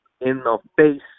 In-the-face